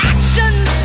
Actions